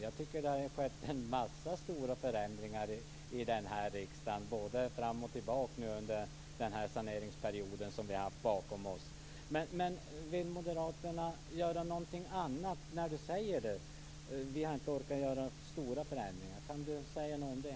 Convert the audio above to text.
Jag tycker att det har skett en massa stora förändringar i den här riksdagen, både fram och tillbaka under den saneringsperiod som vi nu har bakom oss. Men vill moderaterna då göra någonting annat, eftersom du säger att vi inte har orkat göra stora förändringar? Kan du säga någonting om det?